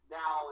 now